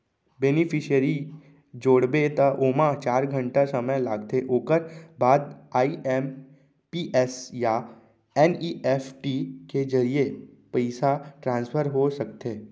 beneficiary जोड़बे त ओमा चार घंटा समे लागथे ओकर बाद आइ.एम.पी.एस या एन.इ.एफ.टी के जरिए पइसा ट्रांसफर हो सकथे